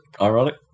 ironic